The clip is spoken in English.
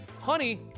Honey